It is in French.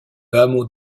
hameau